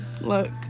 look